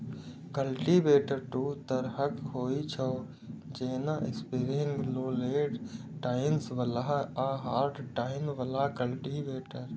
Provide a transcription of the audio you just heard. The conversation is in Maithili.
कल्टीवेटर दू तरहक होइ छै, जेना स्प्रिंग लोडेड टाइन्स बला आ हार्ड टाइन बला कल्टीवेटर